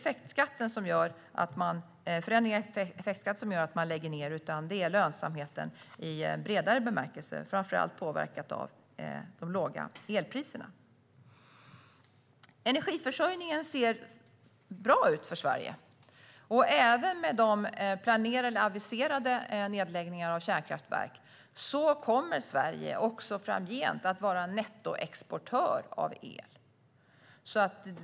Det är inte förändringar i effektskatten som gör att man lägger ned, utan det är lönsamheten i bredare bemärkelse. Framför allt påverkar de låga elpriserna. Energiförsörjningen ser bra ut för Sverige. Även med de aviserade nedläggningarna av kärnkraftverk kommer Sverige framgent att vara nettoexportör av el.